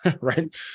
right